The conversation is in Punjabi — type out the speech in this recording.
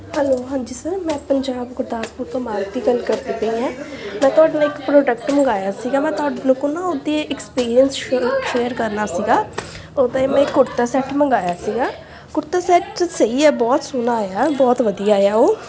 ਹੈਲੋ ਹਾਂਜੀ ਸਰ ਮੈਂ ਪੰਜਾਬ ਗੁਰਦਾਸਪੁਰ ਤੋਂ ਮਾਲਤੀ ਗੱਲ ਕਰਦੀ ਪਈ ਹੈ ਮੈਂ ਤੁਹਾਡੇ ਨਾ ਇੱਕ ਪ੍ਰੋਡਕਟ ਮੰਗਾਇਆ ਸੀਗਾ ਮੈਂ ਤੁਹਾਡੇ ਕੋਲ ਨਾ ਉਹਦਾ ਐਕਸਪੀਰੀਸ ਸ਼ੇ ਸ਼ੇਅਰ ਕਰਨਾ ਸੀਗਾ ਉਹਦਾ ਮੈਂ ਕੁੜਤਾ ਸੈਟ ਮੰਗਾਇਆ ਸੀਗਾ ਕੁੜਤਾ ਸੈਟ ਸਹੀ ਹੈ ਬਹੁਤ ਸੋਹਣਾ ਆਇਆ ਬਹੁਤ ਵਧੀਆ ਆਇਆ ਉਹ